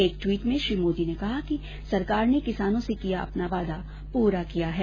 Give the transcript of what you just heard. एक ट्वीट में श्री मोदी ने कहा किसरकार ने किसानों से किया अपना वादा पूरा कर दिया है